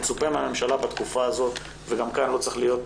מצופה מהממשלה בתקופה הזאת וגם כאן לא צריך להיות,